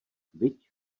viď